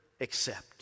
accept